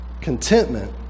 contentment